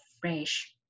fresh